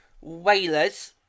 Whalers